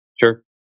Sure